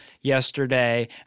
yesterday